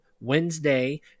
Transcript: wednesday